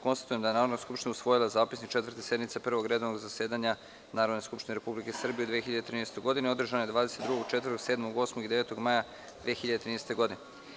Konstatujem da je Narodna skupština usvojila Zapisnik Četvrte sednice Prvog redovnog zasedanja Narodne skupštine Republike Srbije u 2013. godini, održane 22, 24, 27, 28. i 29. maja 2013. godine.